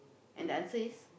and the answer is